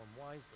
wisely